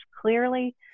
clearly